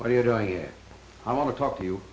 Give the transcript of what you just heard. what are you doing here i want to talk to you